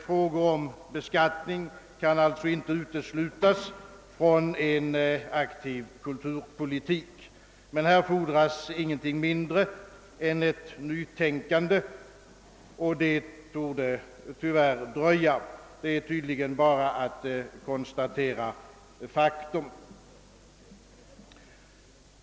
Frågor om beskattning kan inte uteslutas från en aktiv kulturpolitik, men här fordras ingenting mindre än ett nytänkande, och det tor de tyvärr dröja. Det är tydligen bara att konstatera faktum.